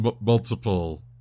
multiple